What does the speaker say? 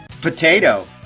Potato